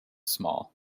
small